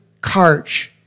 Karch